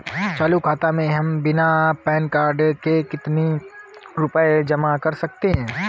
चालू खाता में हम बिना पैन कार्ड के कितनी रूपए जमा कर सकते हैं?